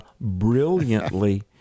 brilliantly